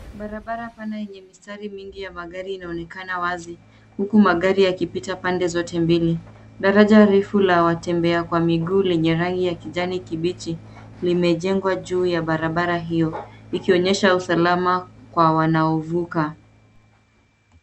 Barabara pana yenye mistari mingi ya magari inaonekana wazi, huku magari yakipita pande zote mbili. Daraja refu la watembea kwa miguu lenye rangi ya kijani kibichi limejengwa juu ya barabara hio likionyesha usalama kwa wanaovuka.